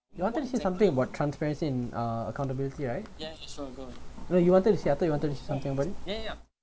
you wanted to say something about transparency in uh accountability right that you wanted to say I thought you wanted to say something about it